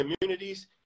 communities